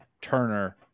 Turner